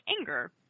anger